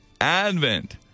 Advent